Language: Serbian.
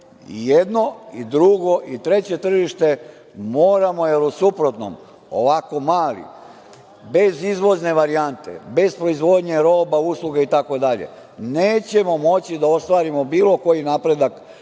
jedno, drugo i treće tržište, moramo, jer u suprotnom ovako mali, bez izvozne varijante, bez proizvodnje roba, usluga i tako dalje, nećemo moći da ostvarimo bilo koji napredak